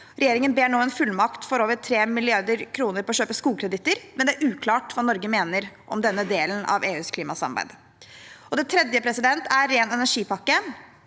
Regjeringen ber nå om en fullmakt på over 3 mrd. kr for å kjøpe skogkreditter, men det er uklart hva Norge mener om denne delen av EUs klimasamarbeid. Det tredje er ren energi-pakken,